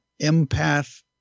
empath